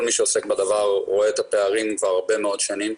כל מי שעוסק בדבר רואה את הפערים כבר הרבה מאוד שנים.